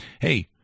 hey